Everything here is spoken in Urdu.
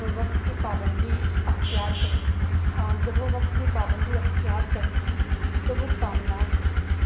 وہ وقت کی پابندی اختیار کہتے ہیں اور جب وہ وقت کی پابندی اختیار کرتے ہیں تو وہ کامیاب ہوتے ہیں